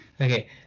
Okay